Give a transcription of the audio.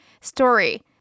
Story